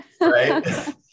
Right